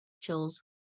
chills